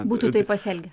būtų taip pasielgę